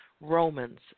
Romans